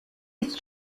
ist